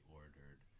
ordered